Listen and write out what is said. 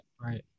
right